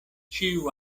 ĉiu